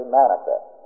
manifest